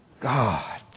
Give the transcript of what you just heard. God